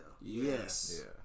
Yes